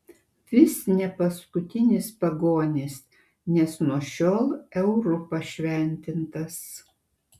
vis ne paskutinis pagonis nes nuo šiol euru pašventintas